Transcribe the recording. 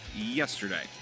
yesterday